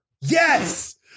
yes